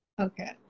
Okay